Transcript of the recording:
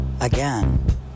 again